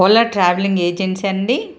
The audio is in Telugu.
ఓలా ట్రావెలింగ్ ఏజెన్సీ అండి